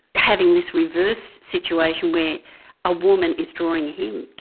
having this reverse situation where a woman is drawing him.